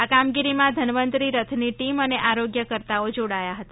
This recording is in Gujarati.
આ કામગીરીમાં ધન્વંતરી રથની ટીમ અને આરોગ્યકર્તાઓ જોડાયા હતા